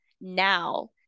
now